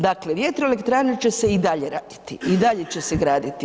Dakle, vjetroelektrane će se i dalje raditi i dalje će se graditi.